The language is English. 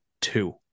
two